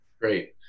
great